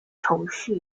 程序